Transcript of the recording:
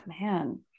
man